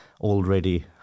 already